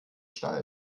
steil